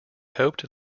hoped